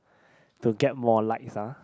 to get more likes ya